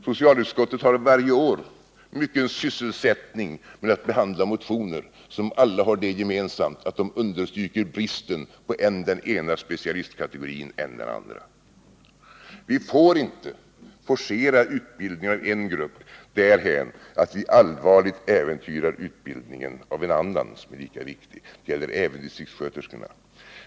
Socialutskottet har varje år mycket sysselsättning med att behandla motioner som alla har det gemensamt att de understryker bristen på än den ena specialistkategorin, än den andra. Vi får inte forcera utbildningen av en grupp därhän att vi allvarligt äventyrar utbildningen av en annan som är lika viktig. Det gäller även distriktssköterskorna.